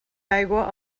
aigua